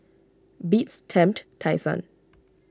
Beats Tempt Tai Sun